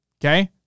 Okay